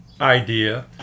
idea